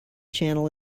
channel